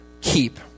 keep